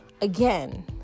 again